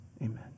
Amen